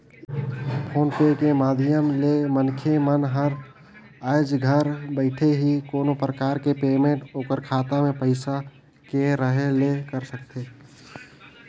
phone पे के माधियम ले मनखे मन हर आयज घर बइठे ही कोनो परकार के पेमेंट ओखर खाता मे पइसा के रहें ले कर सकथे